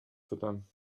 füttern